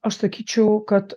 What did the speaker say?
aš sakyčiau kad